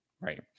right